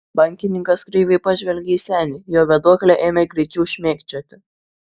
bankininkas kreivai pažvelgė į senį jo vėduoklė ėmė greičiau šmėkščioti